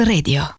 Radio